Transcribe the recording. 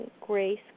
grace